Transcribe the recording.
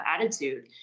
attitude